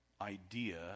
idea